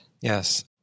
Yes